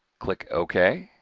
click ok.